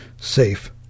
safe